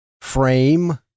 frame